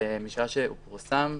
ומשעה שהוא פורסם,